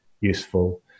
useful